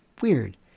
weird